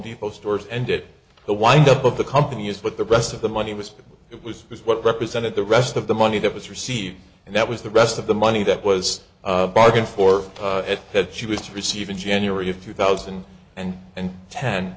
depot stores ended the wind up of the companies but the rest of the money was it was what represented the rest of the money that was received and that was the rest of the money that was bargained for at that she was to receive in january of two thousand and ten